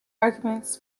arguments